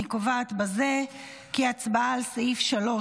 אני קובעת בזה כי סעיף 3,